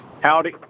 Howdy